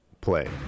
play